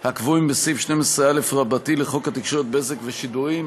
הקבועים בסעיף 12א לחוק התקשורת (בזק ושידורים),